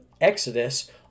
Exodus